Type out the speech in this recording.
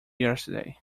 yesterday